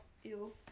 feels